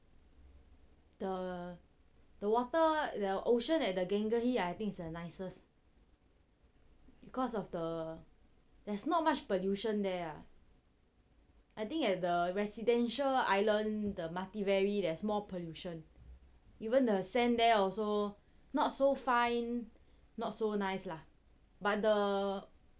the the water the ocean and the gangehi I think is the nicest cause of the there's not much pollution there I think at the residential island the mathiveri there's more pollution even the sand there also not so fine not so nice lah but the